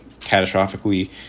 catastrophically